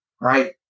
right